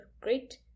Great